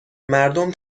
مردم